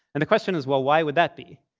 and the question is, well, why would that be?